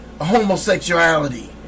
homosexuality